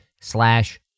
slash